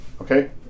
Okay